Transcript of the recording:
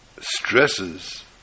stresses